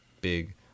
big